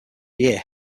year